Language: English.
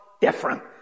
different